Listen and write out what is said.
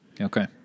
Okay